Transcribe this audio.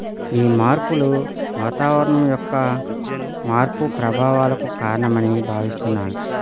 ఈ మార్పులు వాతావరణం యొక్క మార్పు ప్రభావాలకు కారణమని భావిస్తున్న